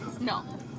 No